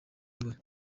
iwe